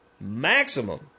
Maximum